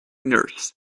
nurse